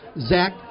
Zach